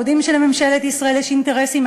אנחנו יודעים שלממשלת ישראל יש אינטרסים.